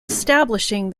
establishing